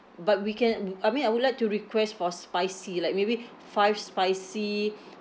but we can I mean I would like to request for spicy like maybe five spicy